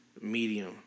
medium